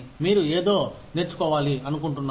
మీరు ఏదో నేర్చుకోవాలి అనుకుంటున్నారు